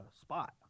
spot